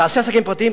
תעשה עסקים פרטיים?